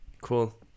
Cool